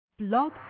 Blog